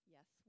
Yes